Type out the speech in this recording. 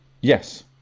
Yes